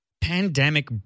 Pandemic